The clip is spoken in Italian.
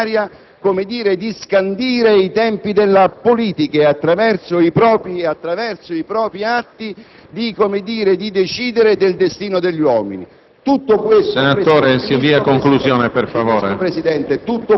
In secondo luogo, gravemente si consente all'autorità giudiziaria di scandire i tempi della politica e, attraverso i propri atti, di decidere del destino degli uomini.